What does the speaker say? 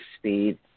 speed